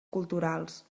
culturals